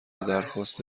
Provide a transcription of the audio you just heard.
درخواست